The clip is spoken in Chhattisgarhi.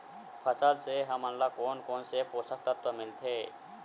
फसल से हमन ला कोन कोन से पोषक तत्व मिलथे?